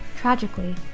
Tragically